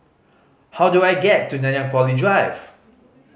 how do I get to Nanyang Poly Drive